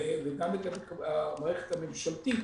וגם במערכת הממשלתית